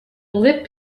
lip